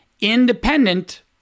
independent